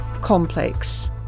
complex